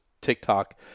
TikTok